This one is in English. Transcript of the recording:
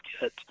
get